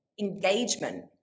engagement